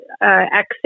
access